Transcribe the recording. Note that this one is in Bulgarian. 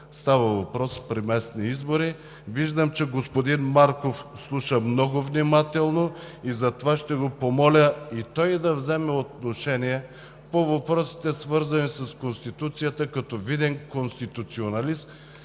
става въпрос при местни избори. Виждам, че господин Марков слуша много внимателно, и затова ще го помоля и той да вземе отношение по въпросите, свързани с Конституцията, като виден конституционалист